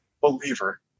believer